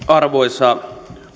arvoisa